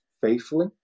faithfully